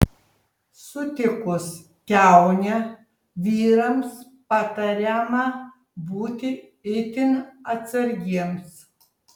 sutikus kiaunę vyrams patariama būti itin atsargiems